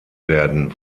werden